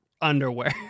underwear